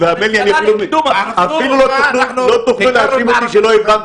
ועכשיו אני שואל את עצמי מה המשמעות של להמשיך -- הנה,